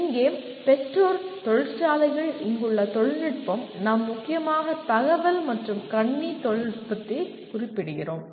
இங்கே பெற்றோர் தொழிற்சாலைகள் இங்குள்ள தொழில்நுட்பம் நாம் முக்கியமாக தகவல் மற்றும் கணினி தொழில்நுட்பத்தை குறிப்பிடுகிறோம்